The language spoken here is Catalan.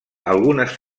algunes